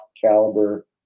caliber